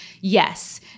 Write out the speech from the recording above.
yes